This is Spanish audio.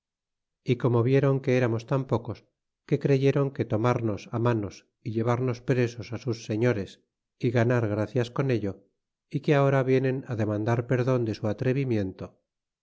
y que como viéron que amos tan pocos que creyéron de tomarnos manos y llevarnos presos sus señores y ganar gracias con ello y que ahora vienen deman dar perdon de su atrevimiento